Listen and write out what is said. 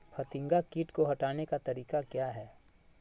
फतिंगा किट को हटाने का तरीका क्या है?